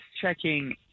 checking